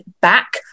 back